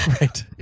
Right